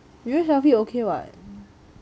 mirror selfie okay [what]